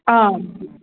ꯑꯥ